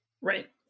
Right